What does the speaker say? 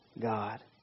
God